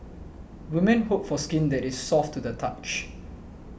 women hope for skin that is soft to the touch